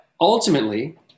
ultimately